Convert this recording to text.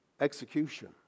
execution